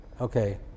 okay